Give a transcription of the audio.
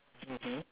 mmhmm